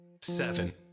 seven